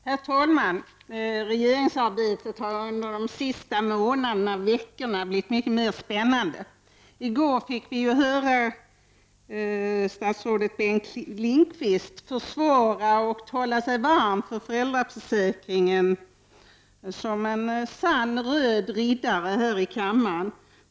Herr talman! Regeringsarbetet har under de senaste månaderna och veckorna blivit mycket mer spännande. I går kunde vi höra statsrådet Bengt Lindqvist, som en sann röd riddare, försvara och tala sig varm för föräldraförsäkringen här i kammaren.